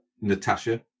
Natasha